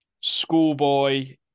schoolboy